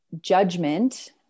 judgment